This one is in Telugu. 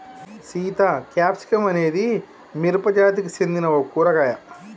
సీత క్యాప్సికం అనేది మిరపజాతికి సెందిన ఒక కూరగాయ